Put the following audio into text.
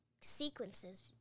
sequences